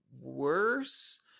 worse